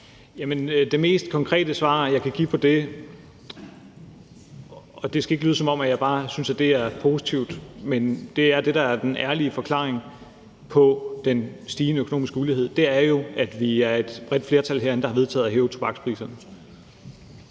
Det mest konkrete svar, jeg kan give på det – og det skal ikke lyde, som om jeg bare synes, at det er positivt, men det er det, der er den ærlige forklaring på den stigende økonomiske ulighed – er jo, at vi er et bredt flertal herinde, der har vedtaget at hæve tobakspriserne.